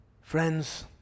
Friends